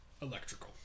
electrical